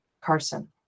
Carson